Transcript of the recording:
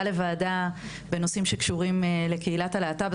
לוועדה בנושאים שקשורים לקהילת הלהט"ב,